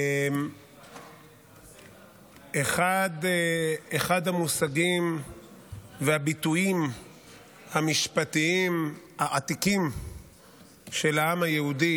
אחד המושגים והביטויים המשפטיים העתיקים של העם היהודי